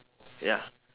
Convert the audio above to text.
ya